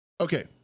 okay